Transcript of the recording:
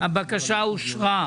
הבקשה אושרה.